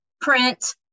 print